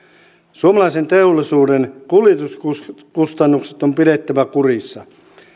suomalaisen teollisuuden kuljetuskustannukset on pidettävä kurissa